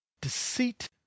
deceit